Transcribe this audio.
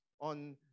on